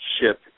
ship